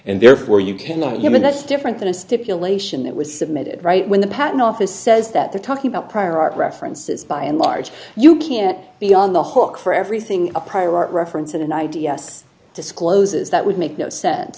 and therefore you cannot human that's different than a stipulation that was submitted right when the patent office says that they're talking about prior art references by and large you can't be on the hawk for everything a prior art reference in an i d s discloses that would make no sense